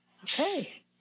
Okay